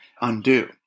undo